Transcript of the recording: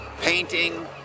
painting